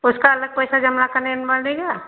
उसका अलग पैसा जमा करनेन पड़ेगा